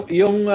yung